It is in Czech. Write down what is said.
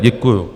Děkuju.